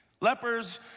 Lepers